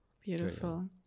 Beautiful